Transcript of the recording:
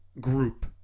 group